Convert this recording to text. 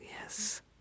Yes